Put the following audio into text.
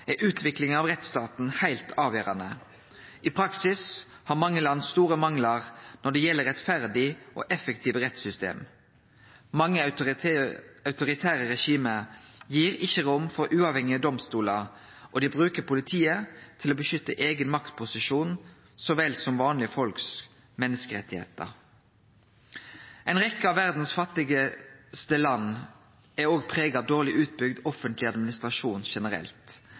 er utviklinga av rettsstaten heilt avgjerande. I praksis har mange land store manglar når det gjeld rettferdige og effektive rettssystem. Mange autoritære regime gir ikkje rom for uavhengige domstolar, og dei bruker politiet til å beskytte eigen maktposisjon vel så mykje som menneskerettane til vanlege folk. Ei rekkje av dei fattigaste landa i verda er òg prega av dårleg utbygd offentleg administrasjon generelt.